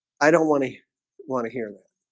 i don't want to you want to hear that?